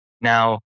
Now